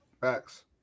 Facts